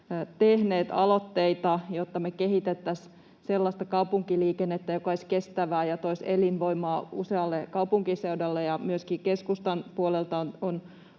tehneet aloitteita, jotta me kehitettäisiin sellaista kaupunkiliikennettä, joka olisi kestävää ja toisi elinvoimaa usealle kaupunkiseudulle, ja myöskin keskustan puolelta on